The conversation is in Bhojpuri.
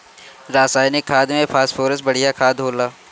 रासायनिक खाद में फॉस्फोरस बढ़िया खाद होला